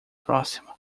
próximo